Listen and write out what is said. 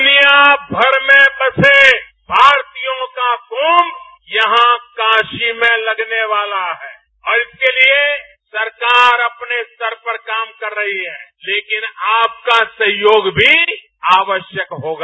दुनिया भर में बसे भारतीयों का कुम्म यहां काशी में लगने वाला है और इसके लिए सरकार अपने स्तर पर काम कर रही है तेकिन आपका सहयोग भी आवश्यक होगा